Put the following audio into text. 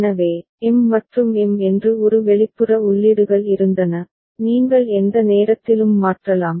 எனவே எம் மற்றும் எம் என்று ஒரு வெளிப்புற உள்ளீடுகள் இருந்தன நீங்கள் எந்த நேரத்திலும் மாற்றலாம்